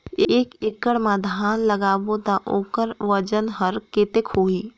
एक एकड़ मा धान ला लगाबो ता ओकर वजन हर कते होही?